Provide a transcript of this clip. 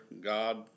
god